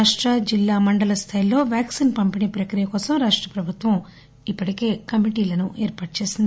రాష్ట జిల్లా మండల స్థాయిల్లో వాక్సిస్ పంపిణీ ప్రక్రియకోసం రాష్ట ప్రభుత్వం ఇప్పటికే కమిటీలను ఏర్పాటు చేసింది